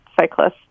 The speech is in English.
cyclists